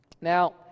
Now